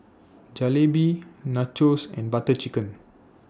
Jalebi Nachos and Butter Chicken